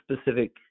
specific